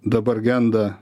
dabar genda